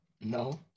No